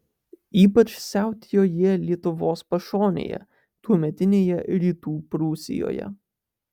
ypač siautėjo jie lietuvos pašonėje tuometinėje rytų prūsijoje